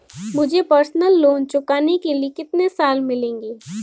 मुझे personal loan चुकाने के लिए कितने साल मिलेंगे?